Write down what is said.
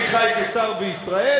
אני חי כשר בישראל,